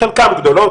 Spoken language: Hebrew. חלקן גדולות,